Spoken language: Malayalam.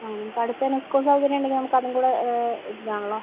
ആ നമുക്ക് അടുത്തുതന്നെ സ്കൂൾ സൗകര്യം ഉണ്ടെങ്കിൽ നമുക്കതും കൂടെ ഇതാണല്ലോ